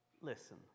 listen